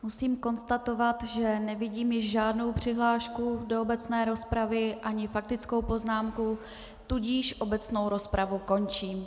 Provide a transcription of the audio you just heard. Musím konstatovat, že nevidím již žádnou přihlášku do obecné rozpravy ani faktickou poznámku, tudíž obecnou rozpravu končím.